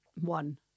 One